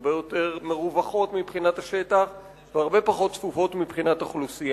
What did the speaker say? הרבה יותר מרווחות מבחינת השטח והרבה פחות צפופות מבחינת האוכלוסייה.